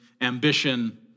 ambition